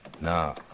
No